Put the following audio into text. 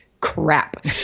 crap